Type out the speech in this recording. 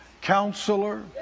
Counselor